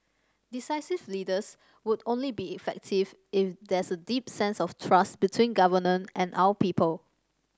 decisive leaders would only be effective if there's a deep sense of trust between government and our people